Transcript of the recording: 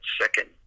second